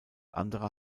andere